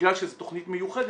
בגלל שזו תוכנית מיוחדת,